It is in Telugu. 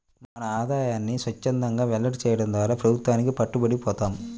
మన ఆదాయాన్ని స్వఛ్చందంగా వెల్లడి చేయడం ద్వారా ప్రభుత్వానికి పట్టుబడి పోతాం